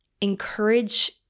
encourage